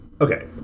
Okay